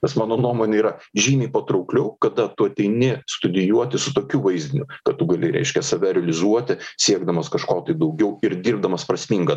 kas mano nuomone yra žymiai patraukliau kada tu ateini studijuoti su tokiu vaizdiniu kad tu gali reiškia save realizuoti siekdamas kažko tai daugiau ir dirbdamas prasmingą